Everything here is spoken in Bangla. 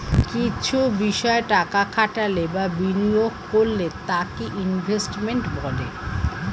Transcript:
কিছু বিষয় টাকা খাটালে বা বিনিয়োগ করলে তাকে ইনভেস্টমেন্ট বলে